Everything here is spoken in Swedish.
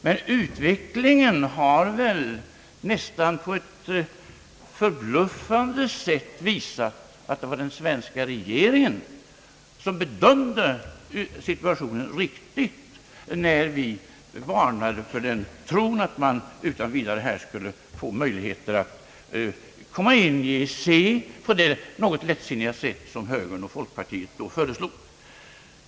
Men utvecklingen har väl på ett nära nog förbluffande sätt visat att den svenska regeringen bedömde situationen rätt när den varnade för tron på att vi utan vidare skulle få möjligheter att komma in i EEC på det något lättsinniga sätt som högern och folkpartiet då föreslog.